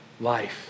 life